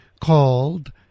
called